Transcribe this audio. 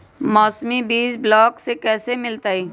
मौसमी बीज ब्लॉक से कैसे मिलताई?